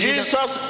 Jesus